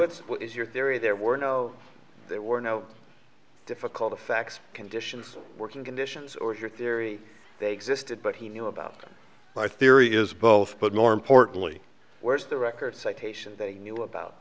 that is your theory there were no there were no difficult facts conditions working conditions or your theory they existed but he knew about my theory is both but more importantly where is the record citation they knew about